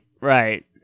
right